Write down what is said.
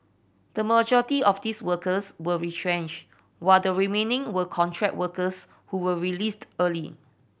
the majority of these workers were retrenched while the remaining were contract workers who were released early